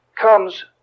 comes